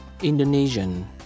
Indonesian